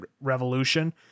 Revolution